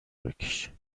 بکشی